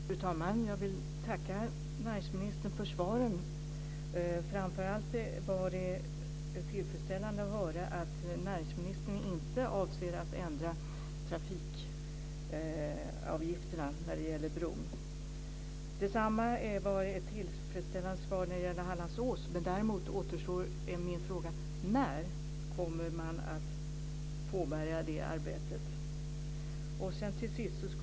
Fru talman! Jag vill tacka näringsministern för svaren. Framför allt var det tillfredsställande att näringsministern inte avser att ändra trafikavgifterna för bron. Det var också ett tillfredsställande svar när det gäller Hallandsås. Min fråga är dock när man kommer att påbörja det arbetet.